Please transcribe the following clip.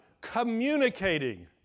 communicating